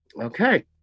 Okay